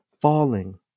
falling